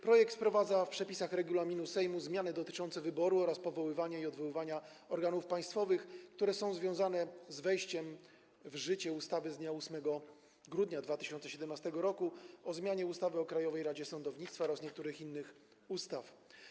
Projekt wprowadza w przepisach regulaminu Sejmu zmiany dotyczące wyboru oraz powoływania i odwoływania organów państwowych, które są związane z wejściem w życie ustawy z dnia 8 grudnia 2017 r. o zmianie ustawy o Krajowej Radzie Sądownictwa oraz niektórych innych ustaw.